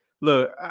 look